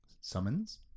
Summons